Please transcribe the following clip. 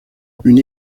une